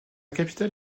capitale